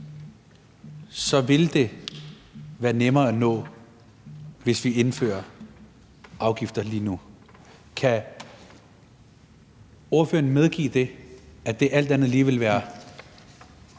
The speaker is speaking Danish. vil det være nemmere at nå den, hvis vi indfører afgifter lige nu. Kan ordføreren medgive, at det alt andet lige vil være